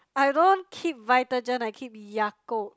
I don't keep Vitagen I keep Yakult